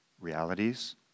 realities